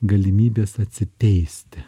galimybės atsiteisti